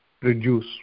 reduce